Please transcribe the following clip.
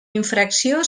infracció